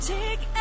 take